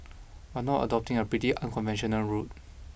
but not adopting a pretty unconventional route